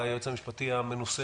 היועץ המשפטי המנוסה,